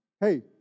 Hey